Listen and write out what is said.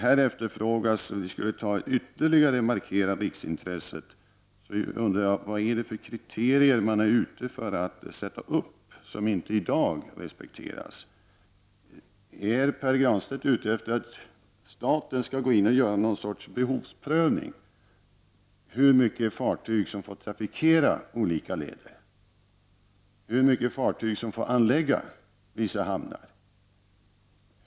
Här efterfrågas att vi ytterligare skall markera riksintresset. Jag undrar då vilka kriterier som man är ute efter att ställa upp och som inte i dag respekteras. Är Pär Granstedt ute efter att staten skall gå in och göra någon sorts behovsprövning av hur många fartyg som får trafikera olika leder och hur många fartyg som får anlägga vissa hamnar?